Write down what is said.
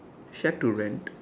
shared to rent